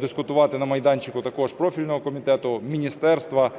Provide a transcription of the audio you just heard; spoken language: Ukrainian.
дискутувати на майданчику також профільного комітету, міністерства